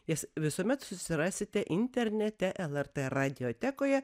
jas visuomet susirasite internete lrt radiotekoje